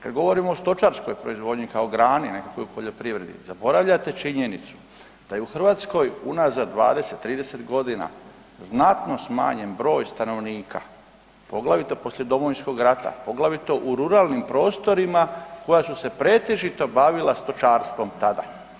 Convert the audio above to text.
Kad govorimo o stočarskoj proizvodnji kao grani nekakvoj u poljoprivredi zaboravljate činjenicu da je u Hrvatskoj unazad 20, 30 godina znatno smanjen broj stanovnika, poglavito poslije Domovinskog rata, poglavito u ruralnim prostorima koja su se pretežito bavila stočarstvom tada.